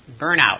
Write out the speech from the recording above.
burnout